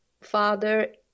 Father